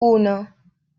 uno